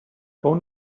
own